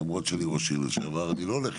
אחר כך יהיה תהליך של הטמעה והכול.